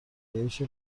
گرایش